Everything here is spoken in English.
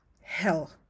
hell